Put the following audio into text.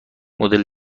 مدل